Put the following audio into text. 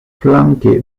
flanke